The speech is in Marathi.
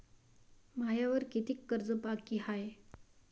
मायावर कितीक कर्ज बाकी हाय?